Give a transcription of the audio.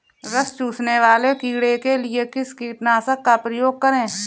रस चूसने वाले कीड़े के लिए किस कीटनाशक का प्रयोग करें?